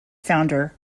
founder